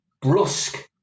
brusque